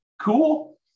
cool